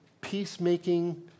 peacemaking